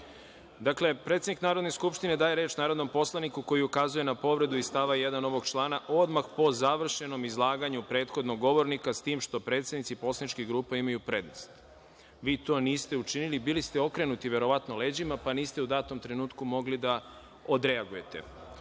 predsednik Narodne skupštine daje reč narodnom poslaniku koji ukazuje na povredu iz stava 1. ovog člana odmah po završenom izlaganju prethodnog govornika, s tim što predsednici poslaničkih grupa imaju prednost. Vi to niste učinili, bili ste okrenuti verovatno leđima, pa niste u datom trenutku mogli da odreagujete.